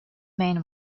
man